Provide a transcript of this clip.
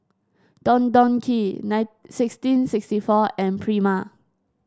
Don Don Donki nine sixteen sixty four and Prima